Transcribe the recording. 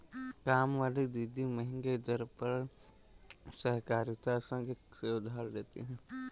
कामवाली दीदी महंगे दर पर सहकारिता संघ से उधार लेती है